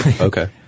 Okay